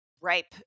ripe